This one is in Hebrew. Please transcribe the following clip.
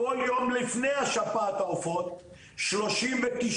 כל יום לפני שפעת העופות, 39